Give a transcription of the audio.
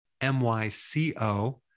M-Y-C-O